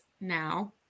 now